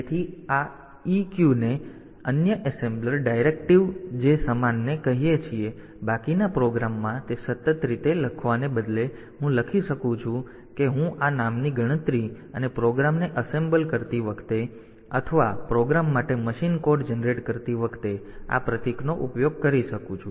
તેથી આ EQ એ અન્ય એસેમ્બલર ડાયરેક્ટીવ છે જે સમાનને કહે છે કે બાકીના પ્રોગ્રામમાં તે રીતે સતત લખવાને બદલે હું લખી શકું છું કે હું આ નામની ગણતરી અને પ્રોગ્રામને એસેમ્બલ કરતી વખતે અથવા પ્રોગ્રામ માટે મશીન કોડ જનરેટ કરતી વખતે આ પ્રતીકનો ઉપયોગ કરી શકું છું